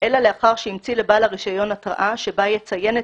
אלא לאחר שהמציא לבעל הרישיון התראה שבה יציין את